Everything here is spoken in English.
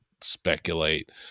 speculate